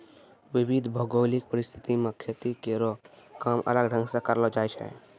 विविध भौगोलिक परिस्थिति म खेती केरो काम अलग ढंग सें करलो जाय छै